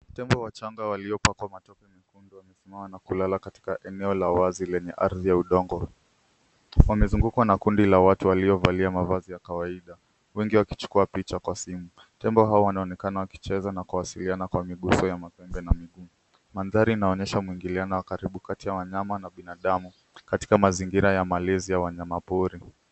Tembo wachanga waliopakwa matope mwekundu mawesimama na kulala katika eneo la wazi lenye ardhi ya udongo. Wamezungukwa na kundi la watu waliovalia mavazi ya kawaida wengi wakichukua picha kwa simu. Tembo hao wanaonekana wakicheza na kuwasiliana kwa miguso ya mapembe na miguu .Mandhari inaonesha mwingiliano wa karibu kati ya wanyama na binadamu katika mazingira ya malezi ya wanyamapori.